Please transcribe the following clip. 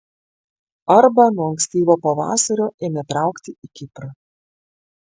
arba nuo ankstyvo pavasario ėmė traukti į kiprą